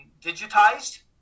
digitized